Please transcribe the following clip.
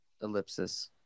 Ellipsis